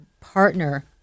partner